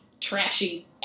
trashy